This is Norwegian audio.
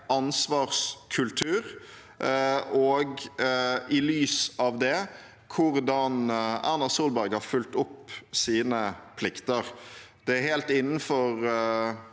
ansvarskultur – og i lys av det hvordan Erna Solberg har fulgt opp sine plikter. Det er helt innenfor